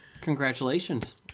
Congratulations